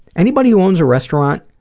anybody who owns a restaurant,